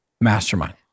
mastermind